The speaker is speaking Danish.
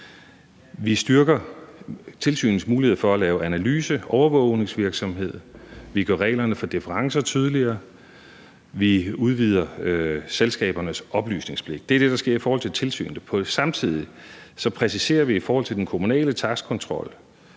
Vi styrker tilsynets muligheder for at lave analyse og overvågningsvirksomhed. Vi gør reglerne for differencer tydeligere. Vi udvider selskabernes oplysningspligt. Det er det, der sker i forhold til tilsynet. Samtidig præciserer vi reglerne i forhold til den kommunale takstkontrol.